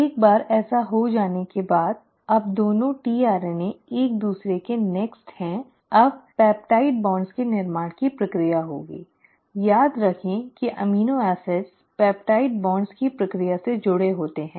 एक बार ऐसा हो जाने के बाद अब 2 tRNA एक दूसरे के निकटस्थ में हैं अब पेप्टाइड बॉन्ड के निर्माण की प्रक्रिया होगी याद रखें कि अमीनो एसिड पेप्टाइड बॉन्ड की प्रक्रिया से जुड़े होते हैं